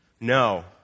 No